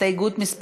הסתייגות מס'